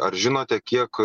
ar žinote kiek